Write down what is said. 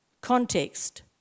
context